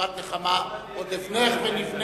נבואת נחמה: עוד אבנך ונבנית